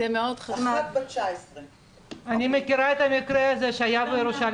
אחת בת 19. אני מכירה את המקרה הזה שהיה בירושלים.